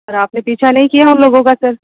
sir आपने पीछा नहीं किया हम लोगों का सर